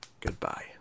Goodbye